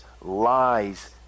lies